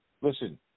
Listen